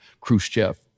Khrushchev